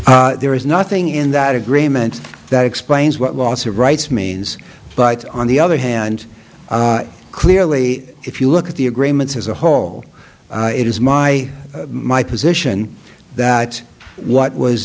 also there is nothing in that agreement that explains what loss of rights means but on the other hand clearly if you look at the agreements as a whole it is my my position that what was